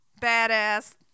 badass